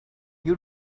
you